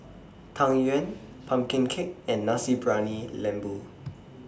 Tang Yuen Pumpkin Cake and Nasi Briyani Lembu